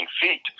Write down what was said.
feet